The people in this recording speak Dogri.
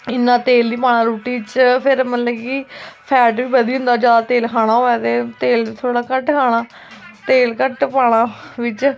इन्ना तेल नी पाना रुट्टी च फिर मतलब कि फैट बी बधी जंदा जे ज्यादा तेल खाना होऐ ते तेल थोह्ड़ा घट्ट खाना तेल घट्ट पाना बिच्च